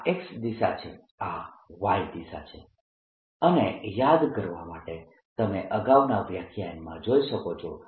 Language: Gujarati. આ X દિશા છે આ Y દિશા છે અને યાદ કરવા માટે તમે અગાઉના વ્યાખ્યાન જોઈ શકો છો